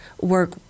work